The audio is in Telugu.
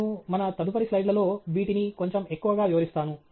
నేను మన తదుపరి స్లైడ్లలో వీటిని కొంచెం ఎక్కువగా వివరిస్తాను